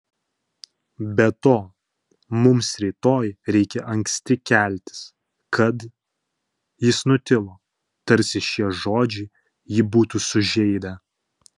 be to mums rytoj reikia anksti keltis kad jis nutilo tarsi šie žodžiai jį būtų sužeidę